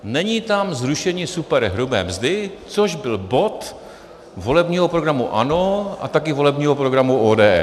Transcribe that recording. Není tam zrušení superhrubé mzdy, což byl bod volebního programu ANO a taky volebního programu ODS.